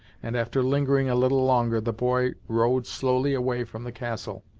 and, after lingering a little longer, the boy rowed slowly away from the castle,